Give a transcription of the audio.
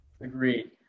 Agreed